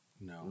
No